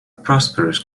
prosperous